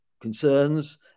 concerns